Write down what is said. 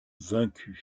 vaincues